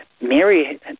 Mary